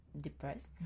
depressed